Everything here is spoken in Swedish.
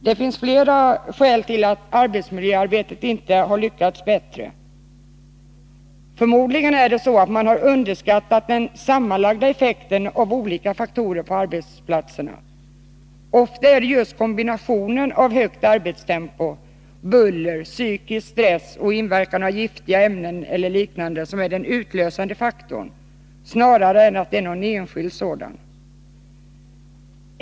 Det finns flera skäl till att arbetsmiljöarbetet inte lyckats bättre. Förmodligen har man underskattat den sammanlagda effekten av olika faktorer på arbetsplatserna. Ofta är det just kombinationen av högt arbetstempo, buller, psykisk stress och inverkan av giftiga ämnen o. d. som är den utlösande faktorn, snarare än någon enskild faktor.